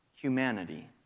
humanity